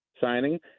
signing